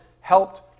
helped